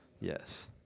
Yes